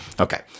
Okay